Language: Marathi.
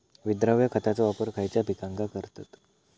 विद्राव्य खताचो वापर खयच्या पिकांका करतत?